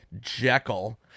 Jekyll